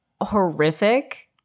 horrific